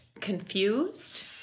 confused